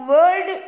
World